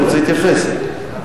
אין מתנגדים, אין נמנעים.